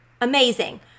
Amazing